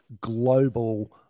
global